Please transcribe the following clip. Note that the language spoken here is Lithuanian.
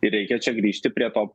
ir reikia čia grįžti prie to